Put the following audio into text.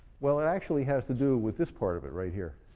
well it actually has to do with this part of it right here.